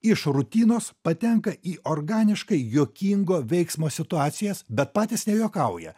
iš rutinos patenka į organiškai juokingo veiksmo situacijas bet patys nejuokauja